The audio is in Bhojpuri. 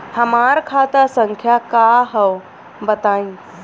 हमार खाता संख्या का हव बताई?